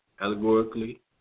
allegorically